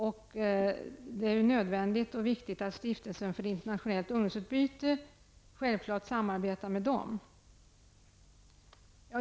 Det är självfallet nödvändigt och viktigt att stiftelsen för internationellt ungdomsutbyte samarbetar med svenska institutet.